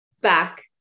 back